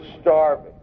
starving